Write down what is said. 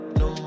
no